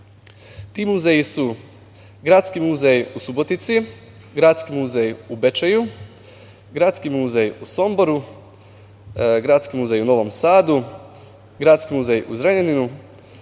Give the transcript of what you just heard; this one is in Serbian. Ti muzeji su: Gradski muzej u Subotici, Gradski muzej u Bečeju, Gradski muzej u Somboru, Gradski muzej u Novom Sadu, Gradski muzej u Zrenjaninu,